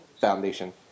Foundation